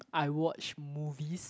I watch movies